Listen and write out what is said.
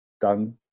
done